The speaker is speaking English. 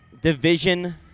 division